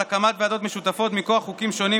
הקמת ועדות משותפות מכוח חוקים שונים,